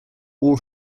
all